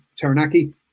taranaki